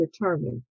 determined